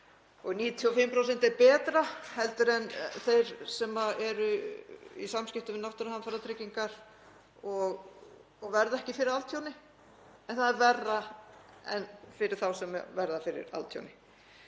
95% er betra heldur en þeir fá sem eru í samskiptum við náttúruhamfaratryggingar og verða ekki fyrir altjóni. En það er verra fyrir þá sem verða fyrir altjóni.